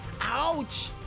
Ouch